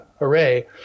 array